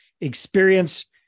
experience